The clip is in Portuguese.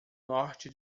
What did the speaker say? norte